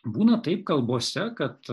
būna taip kalbose kad